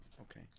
okay